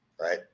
Right